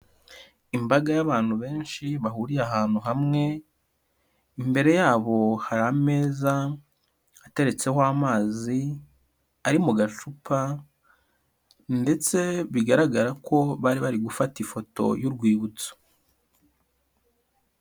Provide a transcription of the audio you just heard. Imbaga y'abantu benshi bahuriye ahantu hamwe, imbere yabo hari ameza, ateretseho amazi ari mu gacupa, ndetse bigaragara ko bari bari gufata ifoto y'urwibutso.